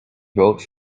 wrote